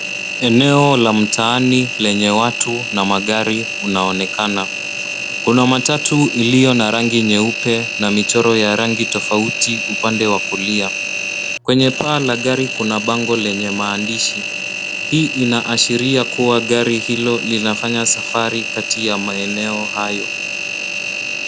Eneo la mtaani lenye watu na magari unaonekana. Kuna matatu iliyo na rangi nyeupe na michoro ya rangi tofauti upande wa kulia. Kwenye paa la gari kuna bango lenye maandishi, hii inaashiria kuwa gari hilo linafanya safari kati ya maeneo hayo.